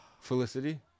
Felicity